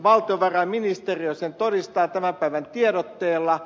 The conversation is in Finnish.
valtiovarainministeriö sen todistaa tämän päivän tiedotteella